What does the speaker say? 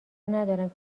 ندارم